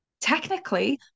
technically